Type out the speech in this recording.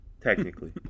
technically